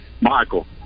Michael